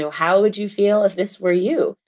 so how would you feel if this were you?